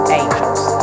angels